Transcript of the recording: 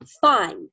fine